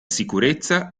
sicurezza